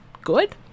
good